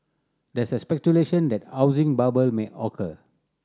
there is speculation that housing bubble may occur